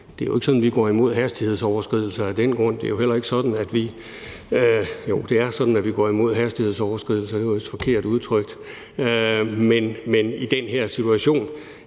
Det er jo ikke sådan, at vi går imod hastighedsoverskridelser af den grund – jo, det er sådan, at vi går imod hastighedsoverskridelser; det andet var vist forkert udtrykt. Men i den her situation